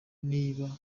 niba